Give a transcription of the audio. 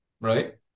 right